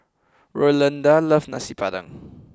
Rolanda loves Nasi Padang